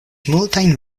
multajn